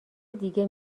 دیگه